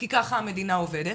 כי ככה המדינה עובדת,